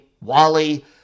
Wally